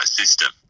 system